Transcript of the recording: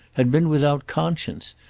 had been without conscience,